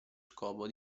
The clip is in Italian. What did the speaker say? scopo